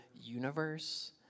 universe